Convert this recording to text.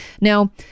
Now